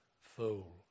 fool